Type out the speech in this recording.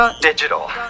Digital